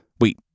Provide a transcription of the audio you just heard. Wait